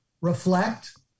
reflect